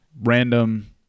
random